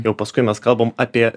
jau paskui mes kalbam apie